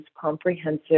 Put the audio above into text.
comprehensive